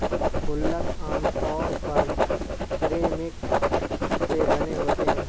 गुल्लक आमतौर पर सिरेमिक से बने होते हैं